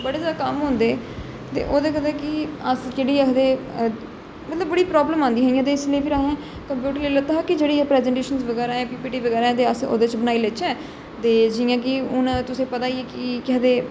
बडे़ ज्यादा कम्म होंदे ते ओहदे कन्नै कि अस जेहड़ी केह् आक्खदे मतलब बड़ी प्राव्लम आंदी ही ते इसलेई असें कम्पयूटर लेई लैता हा कि प्रजैन्टेशन बगैरा अस ओहदे च बनाई लैचे ते जियां कि हून तुसें गी पता गै ऐ कि के आखदे